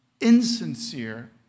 insincere